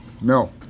No